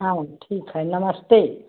हाँ ठीक है नमस्ते